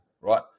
right